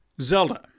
Zelda